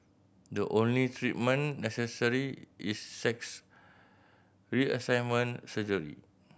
the only treatment necessary is sex reassignment surgery